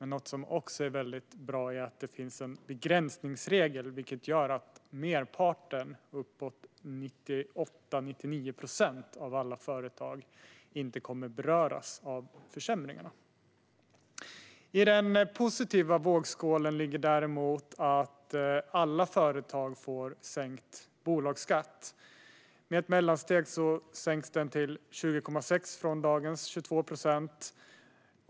Något som också är mycket bra är att det finns en begränsningsregel, vilket gör att merparten - uppåt 98-99 procent - av alla företag inte kommer att beröras av försämringarna. I den positiva vågskålen ligger däremot att alla företag får sänkt bolagsskatt. I ett mellansteg sänks den till 20,6 procent från dagens 22 procent.